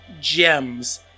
gems